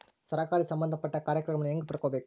ಸರಕಾರಿ ಸಂಬಂಧಪಟ್ಟ ಕಾರ್ಯಕ್ರಮಗಳನ್ನು ಹೆಂಗ ಪಡ್ಕೊಬೇಕು?